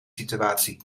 situatie